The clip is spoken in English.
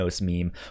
meme